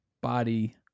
body